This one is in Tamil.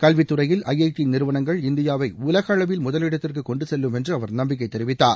கல்வித் துறையில் துறுடி நிறுவனங்கள் இந்தியாவை உலக அளவில் முதலிடத்திற்கு கொண்டு செல்லும் என்று அவர் நம்பிக்கை தெரிவித்தார்